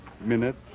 minute